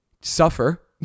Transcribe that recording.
suffer